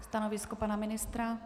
Stanovisko pana ministra?